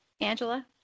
Angela